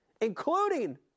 including